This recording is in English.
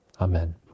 Amen